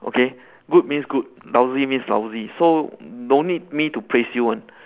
okay good means good lousy means lousy so don't need me to praise you one